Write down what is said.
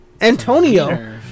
Antonio